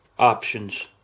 Options